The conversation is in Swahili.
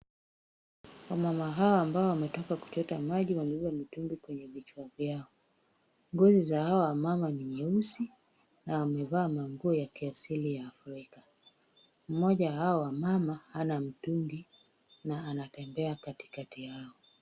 Wamama hawa ambao wametoka kuchota maji wamebeba mitungi kwenye vichwa vyao. Ngozi za hawa wamama ni nyeusi, na wamevaa manguo ya kiasili ya Afrika. Mmoja wa hao wamama hana mtungi na anatembea katikati yao.